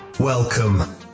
Welcome